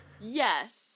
Yes